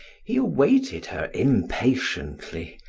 he awaited her impatiently,